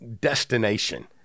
destination